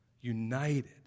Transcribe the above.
united